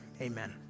amen